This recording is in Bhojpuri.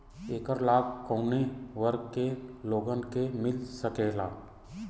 ऐकर लाभ काउने वर्ग के लोगन के मिल सकेला?